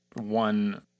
one